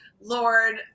Lord